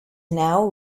now